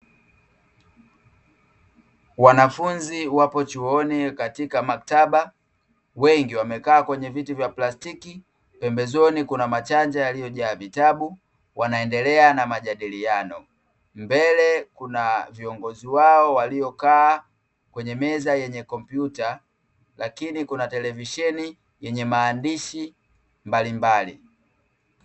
Wanafunzi wapo chuoni katika maktaba, wengi wamekaa kwenye viti vya plastiki, pembezoni kuna machanja yaliyojaa vitabu wanaendelea na majadiliano. Mbele kuna viongozi wao waliokaa kwenye meza yenye kompyuta, lakini kuna televisheni yenye maandishi mbalimbali.